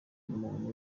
umuntu